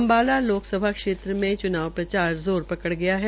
अम्बाला लोकसभा क्षेत्र के चुनाव प्रचार ज़ोर पकड़ गया है